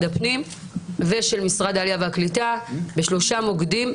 הפנים ומשרד העלייה והקליטה בשלושה מוקדים,